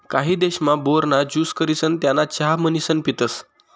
काही देशमा, बोर ना ज्यूस करिसन त्याना चहा म्हणीसन पितसं